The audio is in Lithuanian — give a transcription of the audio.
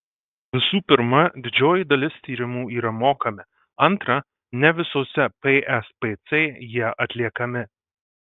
visų pirma didžioji dalis tyrimų yra mokami antra ne visose pspc jie atliekami